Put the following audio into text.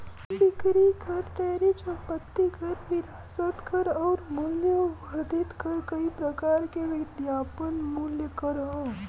बिक्री कर टैरिफ संपत्ति कर विरासत कर आउर मूल्य वर्धित कर कई प्रकार के विज्ञापन मूल्य कर हौ